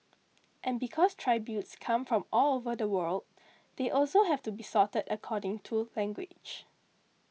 and because tributes come from all over the world they also have to be sorted according to language